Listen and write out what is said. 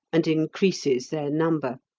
and increases their number.